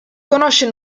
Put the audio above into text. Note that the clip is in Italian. conosce